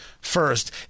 first